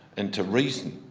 and to reason.